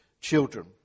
children